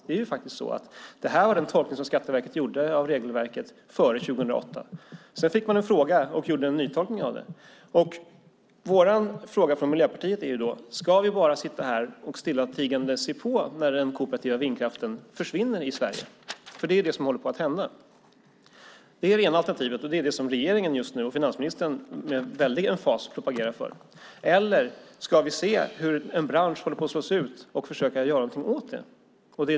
Det var den tolkning av regelverket som Skatteverket gjorde före 2008. Sedan fick man en fråga och gjorde en nytolkning. Miljöpartiets fråga är: Ska vi sitta här och stillatigande se på när den kooperativa vindkraften försvinner i Sverige? Det är ju det som håller på att hända. Det är det ena alternativet, och det som regeringen och finansministern med väldig emfas propagerar för. Eller ska vi se hur en bransch håller på att slås ut och försöka göra något åt det?